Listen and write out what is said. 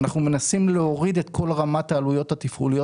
אנחנו מנסים להוריד את כל רמת העלויות התפעוליות